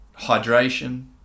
hydration